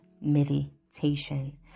meditation